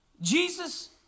Jesus